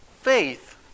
Faith